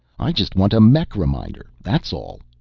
i just want a mech reminder that's all!